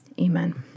amen